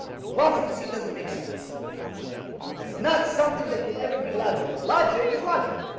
a prophecy doesn't make sense it's not something that could ever be logical logic is logic